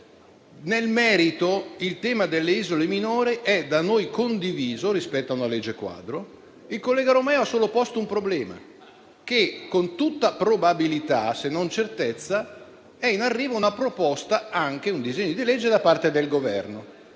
Nel merito, il tema delle isole minori è da noi condiviso rispetto a una legge quadro. Il senatore Romeo ha semplicemente posto un problema, ovvero che con tutta probabilità - se non certezza - è in arrivo una proposta e anche un disegno di legge da parte del Governo.